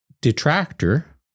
detractor